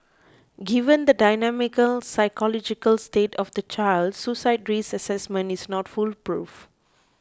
given the dynamic psychological state of the child suicide risk assessment is not foolproof